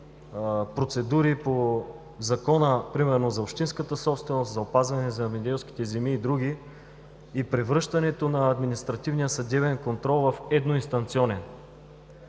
процедури примерно по Закона за общинската собственост, за опазване на земеделските земи и други, и превръщането на административния съдебен контрол в едноинстанционен.